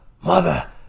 mother